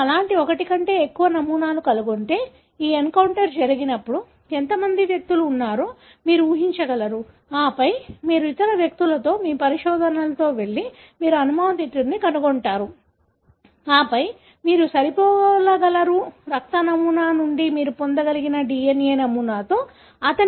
మీరు అలాంటి ఒకటి కంటే ఎక్కువ నమూనాలను కనుగొంటే ఈ ఎన్కౌంటర్ జరిగినప్పుడు ఎంత మంది వ్యక్తులు ఉన్నారో మీరు ఊహించగలరు ఆపై మీరు ఇతర వ్యక్తులతో మీ పరిశోధనలతో వెళ్లి మీరు అనుమానితుడిని కనుగొంటారు ఆపై మీరు సరిపోలగలరు రక్త నమూనా నుండి మీరు పొందగలిగిన DNA నమూనాతో అతని DNA